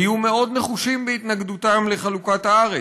היו מאוד נחושים בהתנגדותם לחלוקת הארץ.